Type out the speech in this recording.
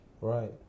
Right